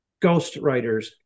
ghostwriters